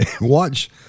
watch